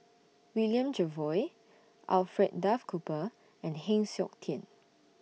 William Jervois Alfred Duff Cooper and Heng Siok Tian